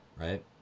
right